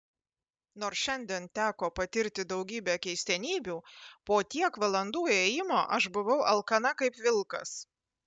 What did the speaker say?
nors šiandien teko patirti daugybę keistenybių po tiek valandų ėjimo aš buvau alkana kaip vilkas